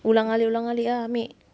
ulang-alik ulang-alik ah ambil